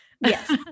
Yes